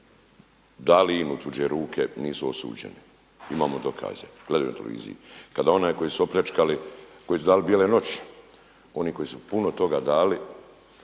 dali INA-u u tuđe ruke nisu osuđeni. Imamo dokaze, gledaju na televiziji, kada onaj koji su opljačkali, koji su dali Bijele noći oni koji su puno toga dali